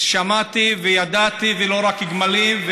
שמעתי וידעתי, ולא רק גמלים.